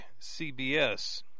cbs